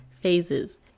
phases